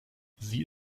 sie